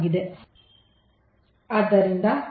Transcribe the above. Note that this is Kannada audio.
ಆದ್ದರಿಂದ 4 ತೆಗೆದುಕೊಳ್ಳಲಾಗುತ್ತದೆ